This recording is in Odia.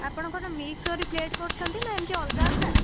ଆପଣ କ'ଣ ମିକ୍ସ କରି ପ୍ଳେଟ୍ କରୁଛନ୍ତି ନା ଏମିତି ଅଲଗା ଅଲଗା